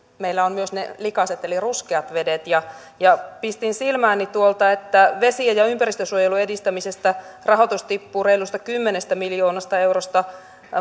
meillä on myös ne likaiset eli ruskeat vedet silmääni pisti tuolta että vesien ja ympäristönsuojelun edistämisestä rahoitus tippuu reilusta kymmenestä miljoonasta eurosta